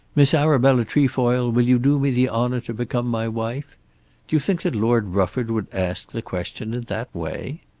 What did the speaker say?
miss arabella trefoil, will you do me the honour to become my wife do you think that lord rufford would ask the question in that way?